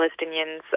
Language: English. Palestinians